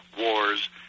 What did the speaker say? wars